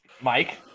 Mike